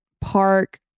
park